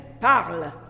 parle